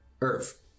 earth